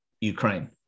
Ukraine